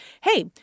hey